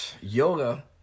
yoga